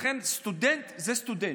לכן סטודנט זה סטודנט.